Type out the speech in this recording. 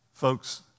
Folks